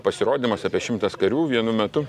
pasirodymas apie šimtas karių vienu metu